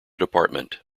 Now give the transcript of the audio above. department